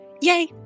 Yay